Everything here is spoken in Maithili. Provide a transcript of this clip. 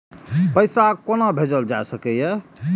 पैसा कोना भैजल जाय सके ये